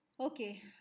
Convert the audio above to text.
Okay